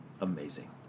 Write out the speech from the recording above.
amazing